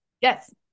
Yes